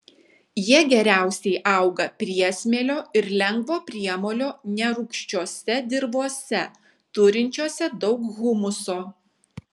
jie geriausiai auga priesmėlio ir lengvo priemolio nerūgščiose dirvose turinčiose daug humuso